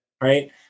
Right